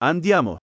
Andiamo